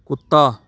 ਕੁੱਤਾ